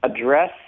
address